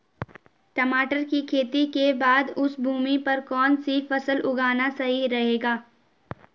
टमाटर की खेती के बाद उस भूमि पर कौन सी फसल उगाना सही रहेगा?